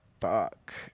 Fuck